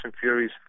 Fury's